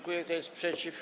Kto jest przeciw?